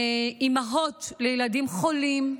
אימהות לילדים חולים,